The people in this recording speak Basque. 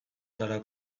zara